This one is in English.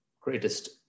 greatest